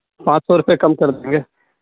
پانچ سو روپے کم کر دیں گے